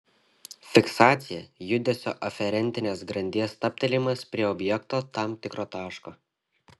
fiksacija judesio aferentinės grandies stabtelėjimas prie objekto tam tikro taško